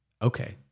Okay